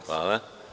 Hvala.